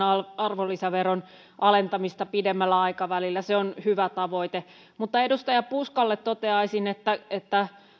arvonlisäveron alentamista pidemmällä aikavälillä se on hyvä tavoite mutta edustaja puskalle toteaisin